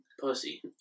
Pussy